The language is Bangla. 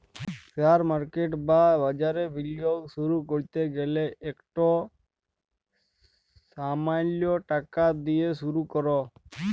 শেয়ার মার্কেট বা বাজারে বিলিয়গ শুরু ক্যরতে গ্যালে ইকট সামাল্য টাকা দিঁয়ে শুরু কর